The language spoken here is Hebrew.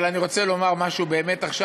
אבל אני רוצה באמת לומר משהו עכשיו,